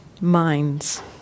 minds